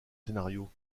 scénarios